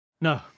No